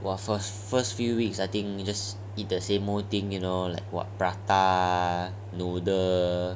!wah! first few weeks I think you just eat the same thing you know like what prata noodle